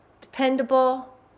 dependable